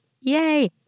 Yay